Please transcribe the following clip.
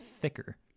thicker